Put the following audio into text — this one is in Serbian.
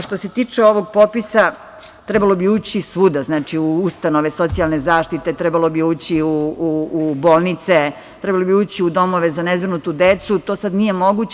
Što se tiče ovog popisa, trebalo bi ući svuda, u ustanove socijalne zaštite, trebalo bi ući u bolnice, trebalo bi ući u domove za nezbrinutu decu, to sada nije moguće.